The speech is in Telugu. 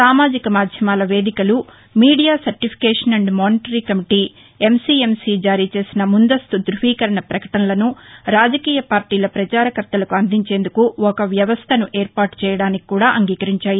సామాజిక మాధ్యమాల వేదికలు media certification and monitory committee MCMC జారీచేసిన ముందస్తు ధృవీకరణ ప్రకటనలను రాజకీయ పార్టీల ప్రచారకర్తలకు అందించేందుకు ఒక వ్యవస్థను ఏర్పాటు చేసేందుకు కూడా అంగీకరించాయి